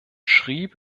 schrieb